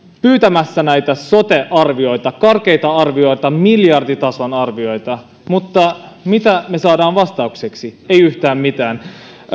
pyytämässä näitä sote arvioita karkeita arvioita miljarditason arvioita mitä me saamme vastaukseksi emme yhtään mitään